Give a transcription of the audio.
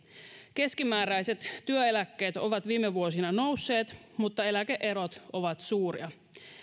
keskimääräiset työeläkkeet ovat viime vuosina nousseet mutta eläke erot ovat suuria